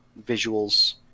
visuals